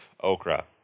okra